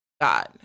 God